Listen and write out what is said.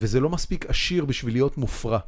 וזה לא מספיק עשיר בשביל להיות מופרע